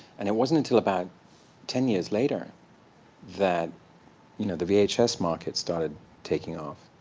and it wasn't until about ten years later that you know the vhs market started taking off.